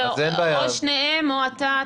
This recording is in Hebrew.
או שניהם או אתה,